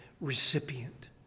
recipient